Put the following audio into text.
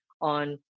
on